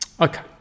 okay